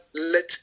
let